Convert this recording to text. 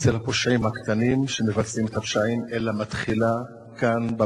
אצל הפושעים הקטנים שמבצעים את הפשעי, ם אלא מתחילה כאן,